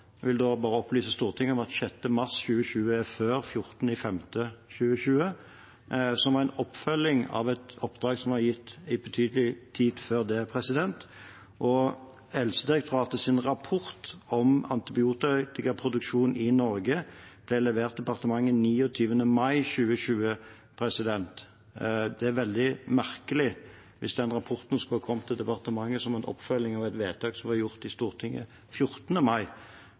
vil da bare opplyse Stortinget om at 6. mars 2020 er før 14. mai 2020 – som en oppfølging av et oppdrag som var gitt i betydelig tid før det. Helsedirektoratets rapport om antibiotikaproduksjon i Norge ble levert departementet 29. mai 2020. Det er veldig merkelig hvis den rapporten skulle ha kommet til departementet som en oppfølging av et vedtak som ble gjort i Stortinget 14. mai.